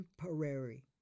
temporary